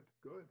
good